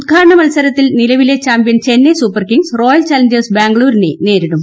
ഉദ്ഘാടന മത്സരത്തിൽ നിലവിലെ champion Chennai Super Kings Royal Challengers ബാംഗ്ലൂരിനെ നേരിടും